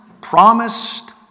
promised